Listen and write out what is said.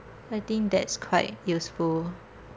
I think that's quite useful